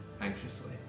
anxiously